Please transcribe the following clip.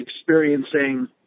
experiencing